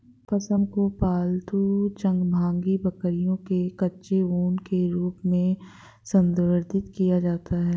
पश्म को पालतू चांगथांगी बकरियों के कच्चे ऊन के रूप में संदर्भित किया जाता है